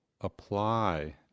apply